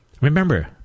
Remember